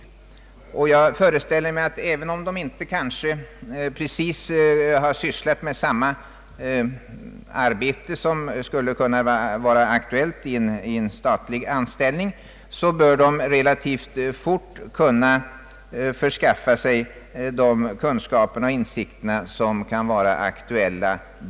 Även om de kanske inte utfört precis sådant arbete som kan bli aktuellt i en statlig anställning, tänker jag mig att de relativt snabbt kan förskaffa sig alla kunskaper och insikter som är av betydelse.